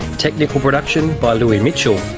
technical production by louis mitchell.